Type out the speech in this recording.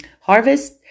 Harvest